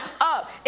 up